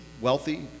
Wealthy